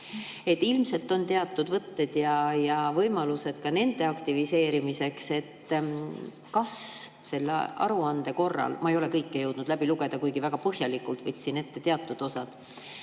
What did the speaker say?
Ilmselt on teatud võtted ja võimalused ka nende aktiviseerimiseks. Kas selles aruandes – ma ei ole kõike jõudnud läbi lugeda, kuigi väga põhjalikult võtsin ette teatud osad